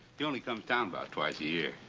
he only comes down about twice a year.